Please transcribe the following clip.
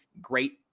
great